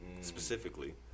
specifically